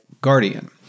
guardian